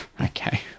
Okay